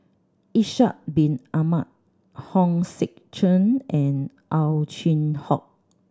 Ishak Bin Ahmad Hong Sek Chern and Ow Chin Hock